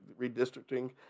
redistricting